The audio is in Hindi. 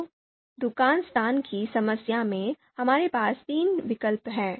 तो दुकान स्थान की समस्या में हमारे पास तीन विकल्प हैं